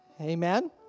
Amen